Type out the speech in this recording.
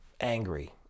angry